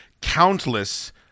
countless